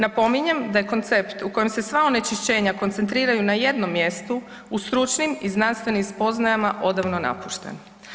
Napominjem, da je koncept u kojem se sva onečišćenja koncentriraju na jednom mjestu u stručnim i znanstvenim spoznajama odavno napušten.